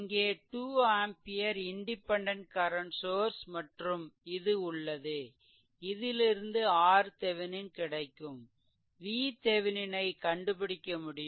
இங்கே 2 ampere independent current source மற்றும் இது உள்ளது இதிலிருந்து RThevenin கிடைக்கும் VThevenin ஐ கண்டுபிடிக்க முடியும்